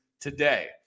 today